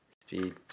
Speed